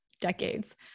decades